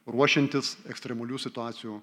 ruošiantis ekstremalių situacijų